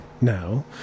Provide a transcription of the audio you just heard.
now